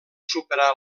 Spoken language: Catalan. superar